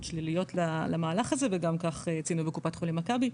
שליליות למהלך הזה וגם ככה ציינו בקופת חולים מכבי.